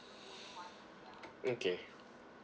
okay